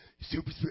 super